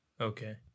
Okay